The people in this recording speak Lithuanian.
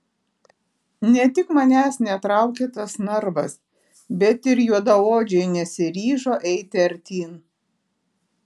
ne tik manęs netraukė tas narvas bet ir juodaodžiai nesiryžo eiti artyn